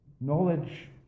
Knowledge